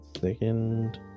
second